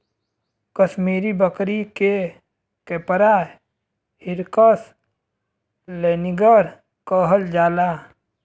कसमीरी बकरी के Capra hircus laniger कहल जाला